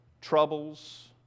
troubles